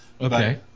Okay